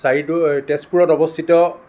চাৰিদুৱাৰ তেজপুৰত অৱস্থিত